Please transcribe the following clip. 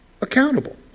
Accountable